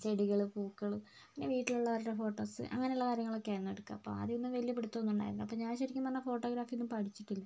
ചെടികള് പൂക്കൾ പിന്നെ വീട്ടിലുള്ളവരുടെ ഫോട്ടോസ് അങ്ങനെയുള്ള കാര്യങ്ങളൊക്കെയാണ് എടുക്കുക അപ്പോൾ ആദ്യമൊന്നും വലിയ പിടിത്തമൊന്നും ഉണ്ടായിരുന്നില്ല അപ്പോൾ ഞാൻ ശെരിക്കും പറഞ്ഞുകഴിഞ്ഞാൽ ഫോട്ടോഗ്രാഫിയൊന്നും പഠിച്ചിട്ടില്ല